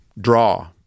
draw